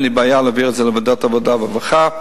אין לי בעיה להעביר את זה לוועדת העבודה והרווחה.